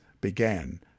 began